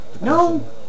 No